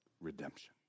redemption